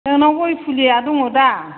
नोंनाव गय फुलिया दङ दा